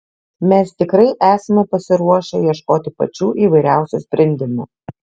mes tikrai esame pasiruošę ieškoti pačių įvairiausių sprendimų